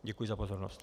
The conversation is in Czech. Děkuji za pozornost.